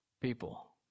people